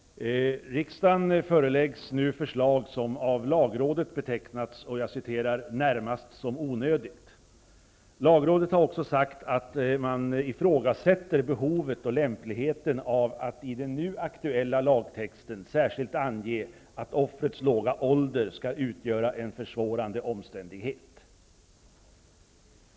Herr talman! Riksdagen föreläggs nu ett förslag som av lagrådet har betecknats ''närmast som onödigt''. Lagrådet ifrågasätter också behovet och lämpligheten av att i den nu aktuella lagtexten särskilt ange att offrets låga ålder skall utgöra en försvårande omständighet.